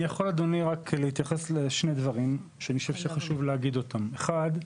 אני מבקש להתייחס לשני דברים שחשוב להגיד אותם: אחד,